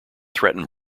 threaten